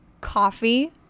coffee